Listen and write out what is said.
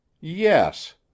yes